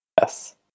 Yes